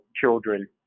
children